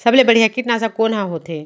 सबले बढ़िया कीटनाशक कोन ह होथे?